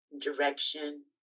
direction